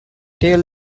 tell